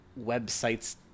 websites